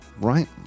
right